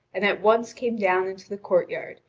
and at once came down into the courtyard,